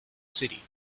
city